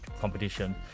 competition